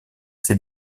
ses